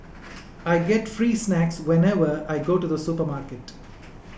I get free snacks whenever I go to the supermarket